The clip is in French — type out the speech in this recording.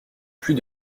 plus